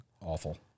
awful